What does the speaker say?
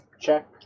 check